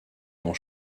dans